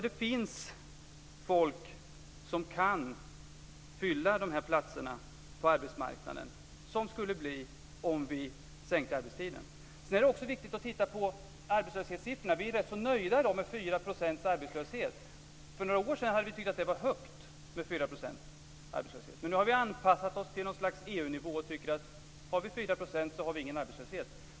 Det finns alltså folk som kan fylla de platser på arbetsmarknaden som det skulle bli om vi sänkte arbetstiden. Sedan är det också viktigt att titta på arbetslöshetssiffrorna. Vi är rätt så nöjda i dag med 4 % arbetslöshet. För några år sedan hade vi tyckt att det var högt med 4 % arbetslöshet. Men nu har vi anpassat oss till något slags EU-nivå och tycker att har vi 4 % så har vi ingen arbetslöshet.